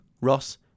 Ross